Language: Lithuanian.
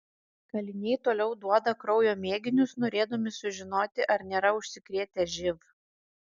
kaliniai toliau duoda kraujo mėginius norėdami sužinoti ar nėra užsikrėtę živ